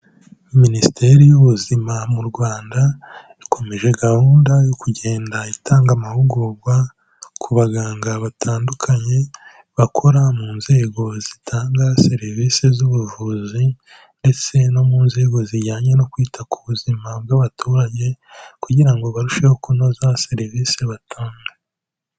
Minisiteri y'Ubuzima mu Rwanda, ikomeje gahunda yo kugenda itanga amahugurwa ku baganga batandukanye, bakora mu nzego zitanga serivisi z'ubuvuzi, ndetse no mu nzego zijyanye no kwita ku buzima bw'abaturage, kugira ngo barusheho kunoza serivisi batanga.